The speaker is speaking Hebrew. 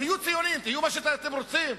תהיו ציונים, תהיו מה שאתם רוצים,